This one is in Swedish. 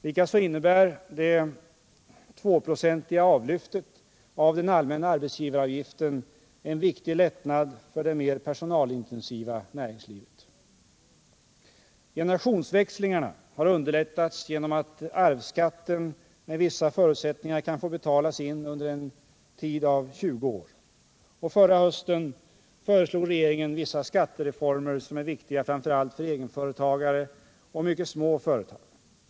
Likaså innebär det 2-procentiga avlyftet av den allmänna arbetsgivaravgiften en stor lättnad för det mer personalintensiva näringslivet. Generationsväxlingarna har underlättats genom att arvsskatten med vissa förutsättningar kan få betalas in under en tid av 20 år. Förra hösten föreslog regeringen vissa skattereformer som är viktiga framför allt för egenföretagare och mycket små företag.